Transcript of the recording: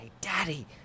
Daddy